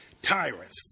tyrants